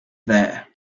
there